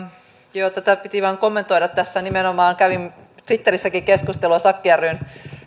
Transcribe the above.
tätä piti vain kommentoida nimenomaan kävin twitterissäkin keskustelua sakki ryn